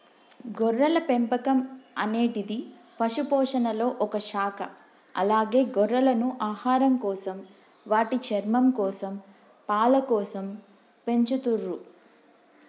గొర్రెల పెంపకం అనేటిది పశుపోషణలొ ఒక శాఖ అలాగే గొర్రెలను ఆహారంకోసం, వాటి చర్మంకోసం, పాలకోసం పెంచతుర్రు